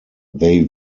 they